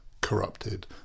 corrupted